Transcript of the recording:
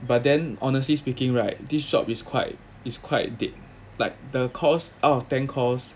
but then honestly speaking right this shop is quite it's quite date like the course out of ten calls